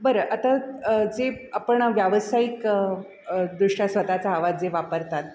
बरं आता जे आपण व्यावसायिक दृष्ट्या स्वतःचा आवाज जे वापरतात